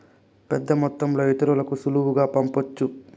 పెద్దమొత్తంలో ఇతరులకి సులువుగా పంపొచ్చు